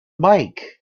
mike